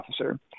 officer